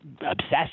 obsessed